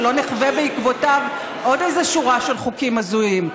שלא נחווה בעקבותיו עוד איזו שורה של חוקים הזויים.